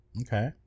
okay